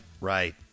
right